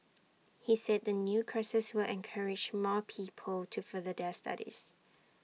he said the new courses will encourage more people to further their studies